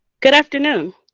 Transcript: good afternoon.